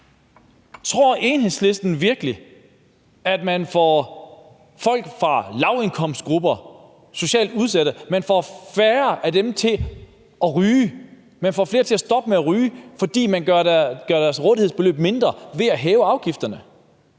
Tror Enhedslisten virkelig, at man får færre fra lavindkomstgrupper og socialt udsatte til at ryge, og at man får flere til stoppe med at ryge, fordi man gør deres rådighedsbeløb mindre ved at hæve afgifterne?